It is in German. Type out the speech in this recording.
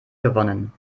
gewonnen